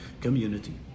community